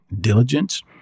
diligence